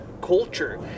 culture